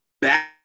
back